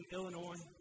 Illinois